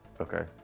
okay